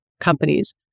companies